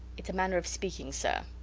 its a manner of speaking, sir,